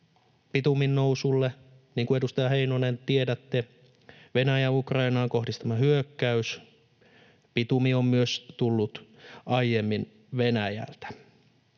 bitumin nousulle, niin kuin edustaja Heinonen, tiedätte, Venäjän Ukrainaan kohdistama hyökkäys. Bitumi on myös tullut aiemmin Venäjältä.